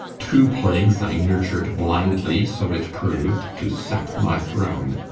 two plagues i nurtured blindly, so it proved, to sap my throne.